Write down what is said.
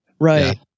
Right